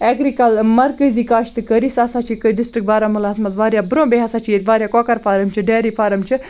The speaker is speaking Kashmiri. اٮ۪گرِکَل مرکٔزی کاشتٕکٲری سُہ ہَسا چھِ ڈِسٹرٛک بارہموٗلاہَس منٛز واریاہ بروںٛہہ بیٚیہِ ہَسا چھِ ییٚتہِ واریاہ کۄکَر فارَم چھِ ڈیری فارَم چھِ